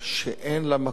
לא מבחינת התוכן,